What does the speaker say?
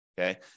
okay